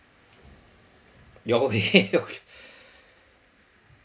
your way okay